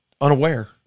unaware